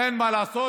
אין מה לעשות,